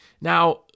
Now